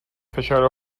فشار